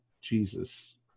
Jesus